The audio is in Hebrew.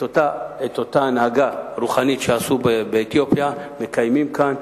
את אותה הנהגה רוחנית שהיתה באתיופיה מקיימים כאן.